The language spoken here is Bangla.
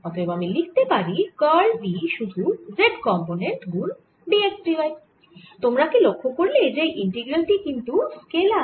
অতএব আমি লিখতে পারি কার্ল v শুধু z কম্পোনেন্ট গুন d x d y তোমরা কি লক্ষ্য করলে যে এই ইন্টিগ্রাল এই কিন্তু স্কেলার